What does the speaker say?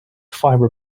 fiber